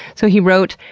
so he wrote,